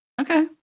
Okay